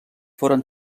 foren